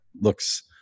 looks